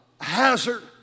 hazard